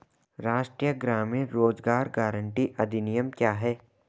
राष्ट्रीय ग्रामीण रोज़गार गारंटी अधिनियम क्या है?